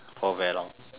for very long